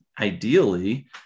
ideally